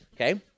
okay